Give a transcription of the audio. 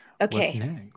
Okay